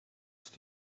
ist